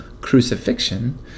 crucifixion